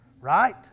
Right